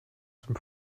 zum